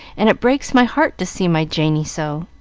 and it breaks my heart to see my janey so.